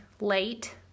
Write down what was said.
late